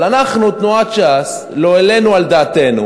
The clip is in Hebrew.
אבל אנחנו, תנועת ש"ס, לא העלינו על דעתנו